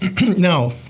Now